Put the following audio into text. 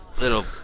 little